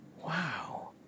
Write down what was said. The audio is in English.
Wow